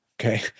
okay